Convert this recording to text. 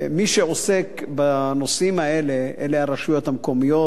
מי שעוסקות בנושאים האלה אלה הרשויות המקומיות.